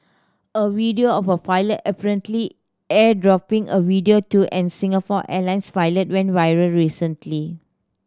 a video of a pilot apparently airdropping a video to an Singapore Airlines pilot went viral recently